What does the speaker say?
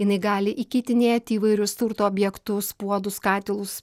jinai gali įkeitinėti įvairius turto objektus puodus katilus